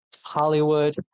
Hollywood